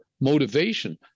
motivation